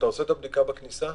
עושים את הבדיקה בכניסה,